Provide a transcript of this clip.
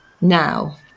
now